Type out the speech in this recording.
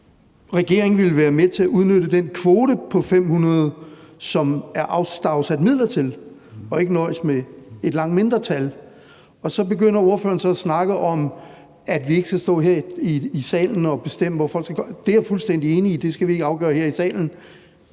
regeringen ville være med til at udnytte den kvote på 500, som der jo er afsat midler til, og ikke nøjes med et langt mindre antal. Ordføreren begynder så at snakke om, at vi ikke skal stå her i salen og bestemme, hvad folk skal gøre. Det er jeg fuldstændig enig i at vi ikke skal afgøre her i salen,